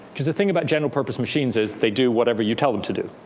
because the thing about general-purpose machines is they do whatever you tell them to do,